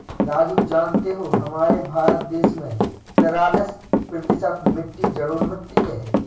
राजू जानते हो हमारे भारत देश में तिरालिस प्रतिशत मिट्टी जलोढ़ मिट्टी हैं